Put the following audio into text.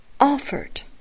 Offered